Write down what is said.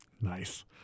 Nice